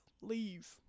leave